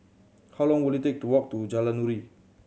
how long will it take to walk to Jalan Nuri